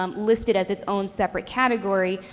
um list it as its own separate category,